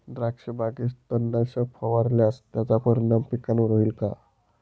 द्राक्षबागेत तणनाशक फवारल्यास त्याचा परिणाम पिकावर होईल का?